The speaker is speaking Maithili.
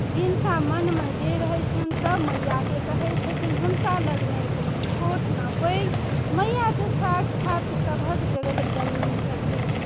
जिनका मोनमे जे रहै छनि सभ मइआके कहै छथिन हुनका लग नहि कोनो छोट नहि पैघ मइआ तऽ साक्षात सभके जगतजननी छथिन